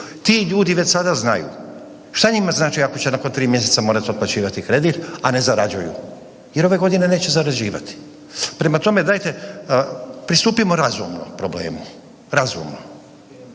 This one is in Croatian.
Ti ljudi već sada znaju. Šta njima znači ako će nakon 3 mjeseca morati otplaćivati kredit, a ne zarađuju jer ove godine neće zarađivati. Prema tome, dajte, pristupimo razumno problemu, razumno.